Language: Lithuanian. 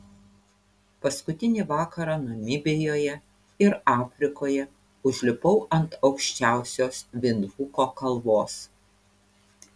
paskutinį vakarą namibijoje ir afrikoje užlipau ant aukščiausios vindhuko kalvos